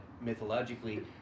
mythologically